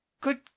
good